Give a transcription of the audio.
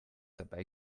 dabei